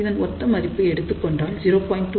இதன் ஒத்த மதிப்பை எடுத்துக் கொண்டால் 0